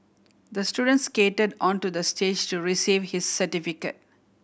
the student skated onto the stage to receive his certificate